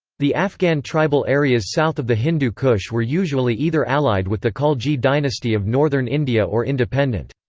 the afghan tribal areas south of the hindu kush were usually either allied with the khalji dynasty of northern india or independent.